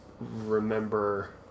remember